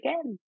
again